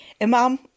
Imam